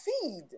feed